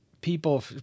people